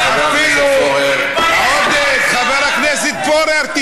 תודה, חבר הכנסת פורר.